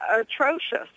atrocious